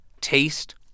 taste